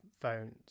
phones